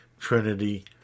Trinity